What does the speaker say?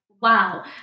wow